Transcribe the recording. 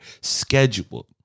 scheduled